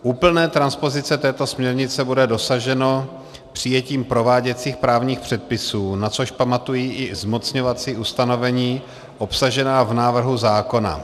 Úplné transpozice této směrnice bude dosaženo přijetím prováděcích právních předpisů, na což pamatují i zmocňovací ustanovení obsažená v návrhu zákona.